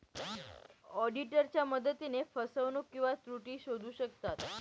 ऑडिटरच्या मदतीने फसवणूक किंवा त्रुटी शोधू शकतात